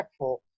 impactful